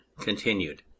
continued